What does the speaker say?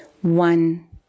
one